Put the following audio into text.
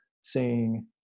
seeing